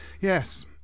Yes